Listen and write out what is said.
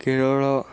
Kerala